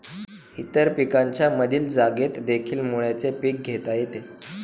इतर पिकांच्या मधील जागेतदेखील मुळ्याचे पीक घेता येते